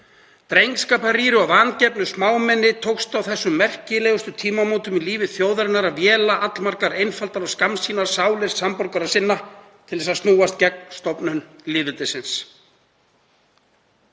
„Drengskaparrýru og vangefnu smámenni tókst á þessum merkilegustu tímamótum í lífi þjóðarinnar að véla allmargar einfaldar og skammsýnar sálir samborgara sinna til að snúast gegn stofnun lýðveldisins.“